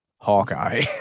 Hawkeye